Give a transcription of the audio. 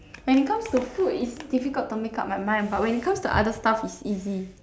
when it comes to food it's difficult to make up my mind but when it comes to other stuff is easy